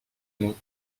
mot